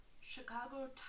Chicago